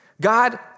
God